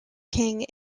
king